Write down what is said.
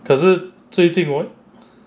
可是最近我